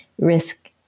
risk